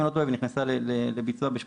אם אני לא טועה ונכנסה לביצוע ב-88,